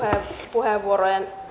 puheenvuorojen